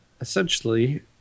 essentially